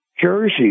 jersey